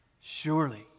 Surely